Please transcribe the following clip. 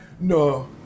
No